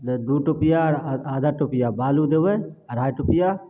मतलब दुइ टोपिआ आओर आधा टोपिआ बालू देबै ओ अढ़ाइ टोपिआ